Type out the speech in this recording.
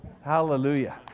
Hallelujah